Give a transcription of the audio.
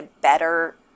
better